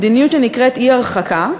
מדיניות שנקראת אי-הרחקה,